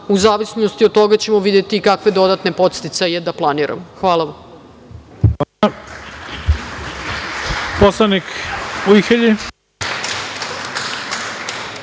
u zavisnosti od toga ćemo videti kakve dodatne podsticaje da planiramo. Hvala vam.